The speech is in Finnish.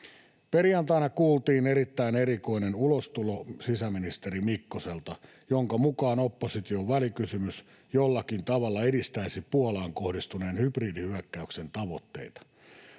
Perjantaina kuultiin erittäin erikoinen ulostulo sisäministeri Mikkoselta, jonka mukaan opposition välikysymys jollakin tavalla edistäisi Puolaan kohdistuneen hybridihyökkäyksen tavoitteita.